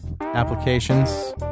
applications